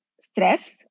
stress